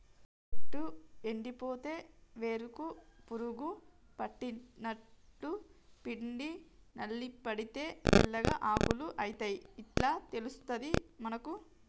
చెట్టు ఎండిపోతే వేర్లకు పురుగు పట్టినట్టు, పిండి నల్లి పడితే తెల్లగా ఆకులు అయితయ్ ఇట్లా తెలుస్తది మనకు